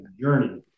journey